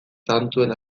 zantzuen